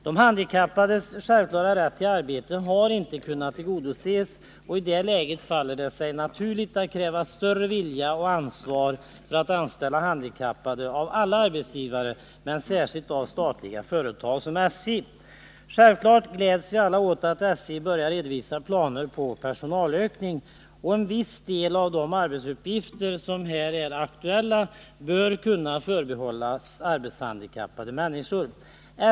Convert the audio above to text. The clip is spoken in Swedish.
De handikappades självklara rätt till arbete har inte kunnat tillgodoses, och i det läget faller det sig naturligt att av alla arbetsgivare kräva större vilja att anställa handikappade och ett större ansvar — men särskilt av statliga företag såsom SJ. Självfallet gläds vi alla åt att SJ börjar redovisa planer på personalökning. Och en viss del av de arbetsuppgifter som är aktuella bör kunna förbehållas arbetshandikappade människor.